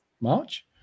March